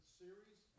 series